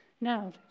Now